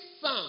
son